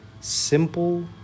simple